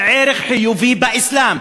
זה ערך חיובי באסלאם,